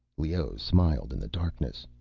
leoh smiled in the darkness.